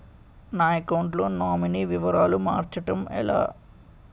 నా అకౌంట్ లో నామినీ వివరాలు మార్చటం ఎలా?